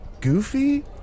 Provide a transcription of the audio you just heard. Goofy